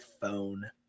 phone